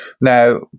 Now